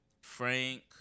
Frank